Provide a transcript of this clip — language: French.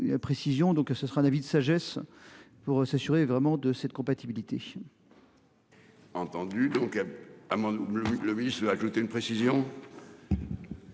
donc ce sera David sagesse pour s'assurer vraiment de cette compatibilité. Entendu. Donc à mon. Le ministre d'ajouter une précision.